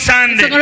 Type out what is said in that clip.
Sunday